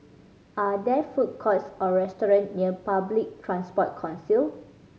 are there food courts or restaurant near Public Transport Council